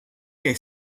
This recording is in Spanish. que